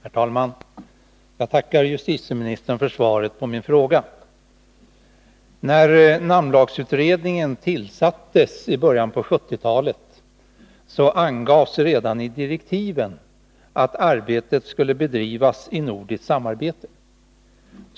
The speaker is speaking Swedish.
Herr talman! Jag tackar justitieministern för svaret på min fråga. När namnlagsutredningen i början av 1970-talet tillsattes angavs det redan i direktiven att arbetet skulle bedrivas i nordiskt samarbete.